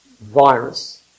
virus